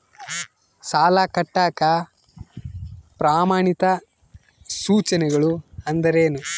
ಸಾಲ ಕಟ್ಟಾಕ ಪ್ರಮಾಣಿತ ಸೂಚನೆಗಳು ಅಂದರೇನು?